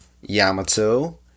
Yamato